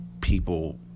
people